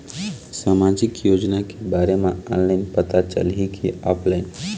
सामाजिक योजना के बारे मा ऑनलाइन पता चलही की ऑफलाइन?